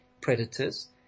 predators